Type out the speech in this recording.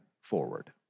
Forward